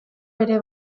ere